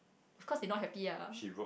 cause they not happy lah